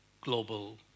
global